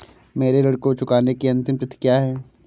मेरे ऋण को चुकाने की अंतिम तिथि क्या है?